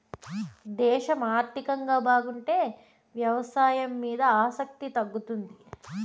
దేశం ఆర్థికంగా బాగుంటే వ్యవసాయం మీద ఆసక్తి తగ్గుతుంది